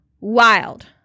wild